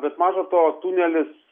bet maža to tunelis